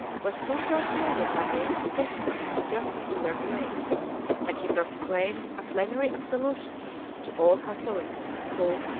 was soon persuaded by ancient testimony of the justice of their claim and he proclaimed a plenary absolution to all catholics who,